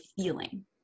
feeling